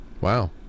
Wow